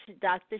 Dr